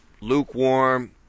lukewarm